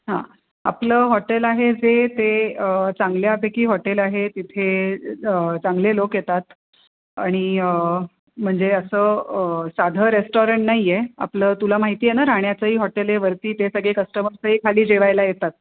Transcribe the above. हां आपलं हॉटेल आहे जे ते चांगल्यापैकी हॉटेल आहे तिथे चांगले लोक येतात आणि म्हणजे असं साधं रेस्टॉरंट नाही आहे आपलं तुला माहिती आहे ना राहण्याचंही हॉटेल वरतीच आहे सगळे कस्टमर्सही खाली जेवायला येतात